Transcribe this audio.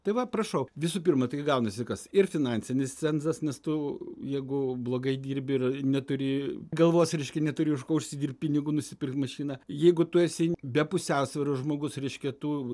tai va prašau visų pirma tai gaunasi kas ir finansinis cenzas nes tu jeigu blogai dirbi ir neturi galvos reiškia neturi už ko užsidirbt pinigų nusipirkt mašiną jeigu tu esi be pusiausvyros žmogus reiškia tu